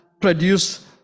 produce